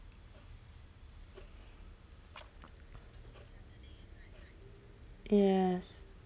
yes